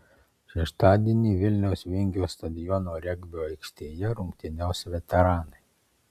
šeštadienį vilniaus vingio stadiono regbio aikštėje rungtyniaus veteranai